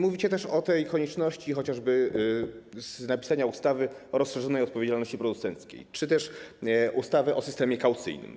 Mówicie też o konieczności chociażby napisania ustawy o rozszerzonej odpowiedzialności producenckiej czy też ustawy o systemie kaucyjnym.